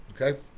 okay